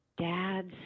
dad's